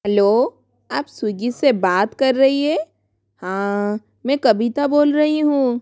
hello आप Swiggy से बात कर रही हैं हाँ मैं कविता बोल रही हूँ